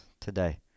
today